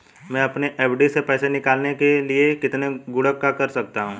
मैं अपनी एफ.डी से पैसे निकालने के लिए कितने गुणक कर सकता हूँ?